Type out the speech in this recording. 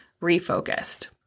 refocused